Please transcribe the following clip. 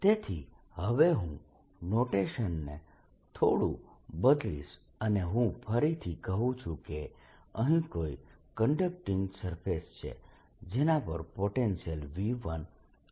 તેથી હવે હું નોટેશન ને થોડું બદલીશ અને હું ફરીથી કહુ છુ કે અહીં કોઈ કંડકટીંગ સરફેસ છે જેના પર પોટેન્શીયલ V1 છે